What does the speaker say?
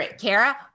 Kara